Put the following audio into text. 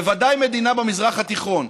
בוודאי מדינה במזרח התיכון,